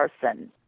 person